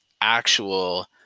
actual